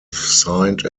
signed